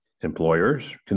Employers